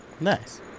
Nice